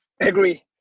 Agree